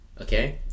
Okay